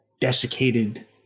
desiccated